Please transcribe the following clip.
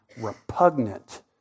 repugnant